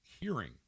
hearing